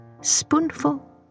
spoonful